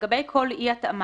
לגבי כל אי-התאמה,